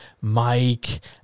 Mike